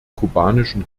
kubanischen